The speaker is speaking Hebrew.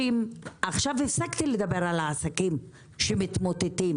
הפסקתי לדבר על העסקים שמתמוטטים,